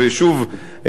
ושוב,